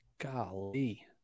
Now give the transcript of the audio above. Golly